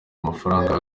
amafaranga